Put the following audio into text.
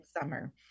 summer